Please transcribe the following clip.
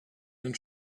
den